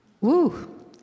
Woo